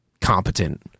competent